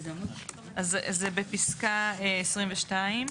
אז זה בפסקה (22).